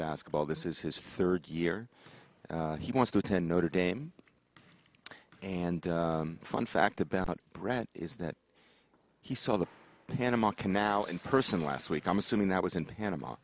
basketball this is his third year he wants to attend notre dame and fun fact about brett is that he saw the panama canal in person last week i'm assuming that was in panama